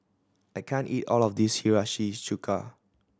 I can't eat all of this Hiyashi Chuka